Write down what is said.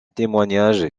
témoignage